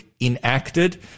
enacted